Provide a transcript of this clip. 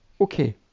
Okay